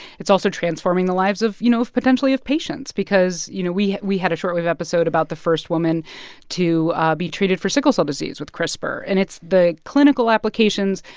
it's also transforming the lives of, you know potentially of patients because, you know, we had had a short wave episode about the first woman to be treated for sickle cell disease with crispr. and it's the clinical applications,